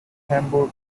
hamburg